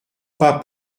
pas